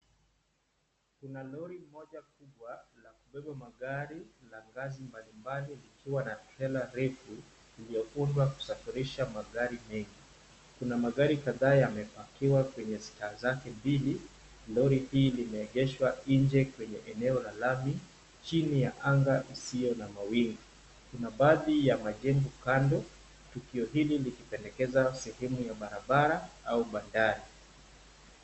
Kuna lori moja kubwa la kubeba magari. La kazi mbalimbali likiwa na trela refu lililovutwa kusafirisha magari mengi. Kuna magari kadhaa yamepakiwa kwenye stanza yake mbili. Lori hii limeegeshwa nje kwenye eneo la wazi, chini ya anga isiyo na mawingu. Kuna baadhi ya majengo kando tukio hili likipendekeza sehemu ya barabara au bandani.